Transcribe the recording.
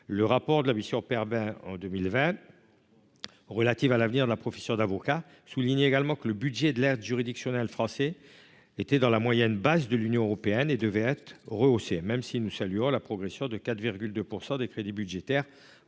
le rapport de la mission Perben relative à l'avenir de la profession d'avocat soulignait que le budget de l'aide juridictionnelle français se situait dans la moyenne basse de l'Union européenne et devait être rehaussé. Même si nous saluons la progression de 4,2 % des crédits budgétaires